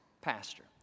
pastor